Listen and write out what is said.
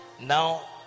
Now